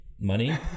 money